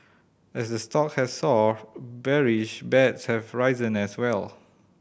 as the stock has soared bearish bets have risen as well